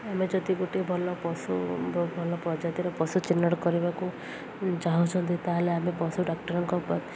ଆମେ ଯଦି ଗୋଟେ ଭଲ ପଶୁ ଭଲ ପ୍ରଜାତିର ପଶୁ ଚିହ୍ନଟ କରିବାକୁ ଚାହୁଁଛନ୍ତି ତାହେଲେ ଆମେ ପଶୁ ଡ଼ାକ୍ଟରଙ୍କ